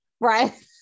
Right